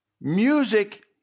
Music